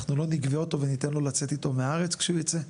אנחנו לא נגבה אותו וניתן לו לצאת אתו מהארץ כשהוא ייצא?